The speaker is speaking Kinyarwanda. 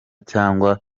cyangwa